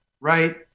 Right